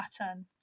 pattern